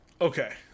Okay